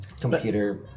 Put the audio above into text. Computer